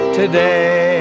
today